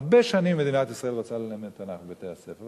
הרבה שנים מדינת ישראל רוצה ללמד תנ"ך בבתי-הספר,